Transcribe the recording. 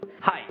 Hi